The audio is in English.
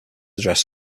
address